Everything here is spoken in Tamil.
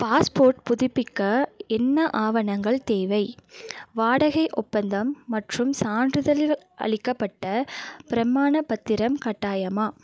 பாஸ்போர்ட் புதுப்பிக்க என்ன ஆவணங்கள் தேவை வாடகை ஒப்பந்தம் மற்றும் சான்றிதழ்கள் அளிக்கப்பட்ட பிரமாண பத்திரம் கட்டாயமா